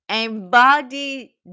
Embody